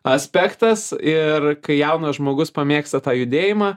aspektas ir kai jaunas žmogus pamėgsta tą judėjimą